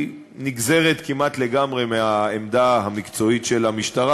נגזרת כמעט לגמרי מהעמדה המקצועית של המשטרה,